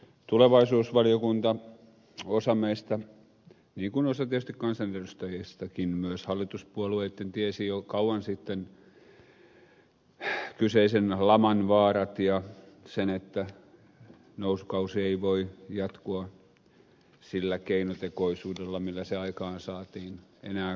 tulevaisuusvaliokunta osa meistä niin kuin osa tietysti kansanedustajistakin myös hallituspuolueitten tiesi jo kauan sitten kyseisen laman vaarat ja sen että nousukausi ei voi jatkua sillä keinotekoisuudella millä se aikaansaatiin enää kauaakaan